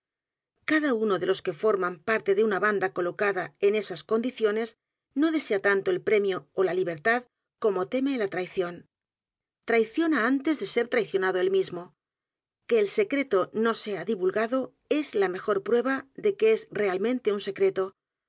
cada uno de los que forman p a r t e de una banda colooada en esas condiciones no desea tanto el premio ó la libertad como teme la traición traiciona antes de ser traicionado él mismo que el secretó no se h a divulgado es la mejor prueba de que es realmente un secreto